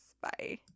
Bye